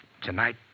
Tonight